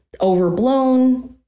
overblown